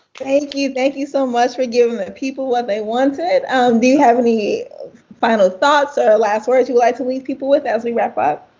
thank you. thank you so much for giving the people what they wanted. um do you have any final thoughts or last words you'd like to leave people with as we wrap up?